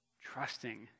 trusting